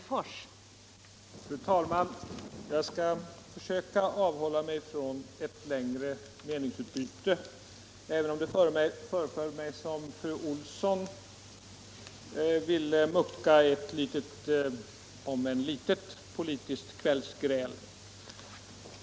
Fru talman! Jag skall försöka avhålla mig från ett längre meningsutbyte, även om det föreföll mig som om fru Olsson i Hölö ville mucka ett. om än litet, politiskt kvällsgräl.